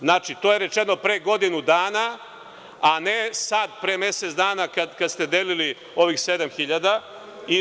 Znači, to je rečeno pre godinu dana, a ne sada pre mesec dana kada ste delili ovih sedam hiljada.